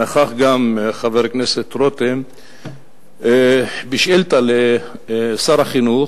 נכח כאן גם חבר הכנסת רותם, בשאילתא לשר החינוך,